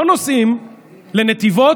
לא נוסעים לנתיבות,